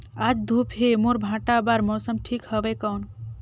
आज धूप हे मोर भांटा बार मौसम ठीक हवय कौन?